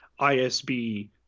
isb